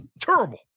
terrible